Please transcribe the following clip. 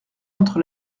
entre